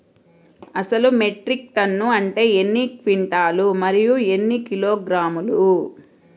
అసలు metric ton అంటే ఎన్ని క్వింటాలు మరియు ఎన్ని కిలోగ్రాములు?